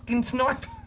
Sniper